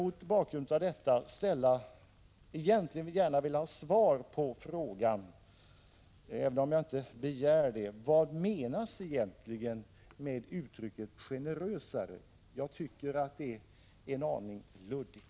Mot bakgrund av detta vill jag ha svar på frågan — även om jag inte begär det: Vad menas egentligen med uttrycket ”generösare”? Jag tycker att det är en aning luddigt.